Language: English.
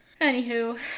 Anywho